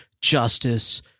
justice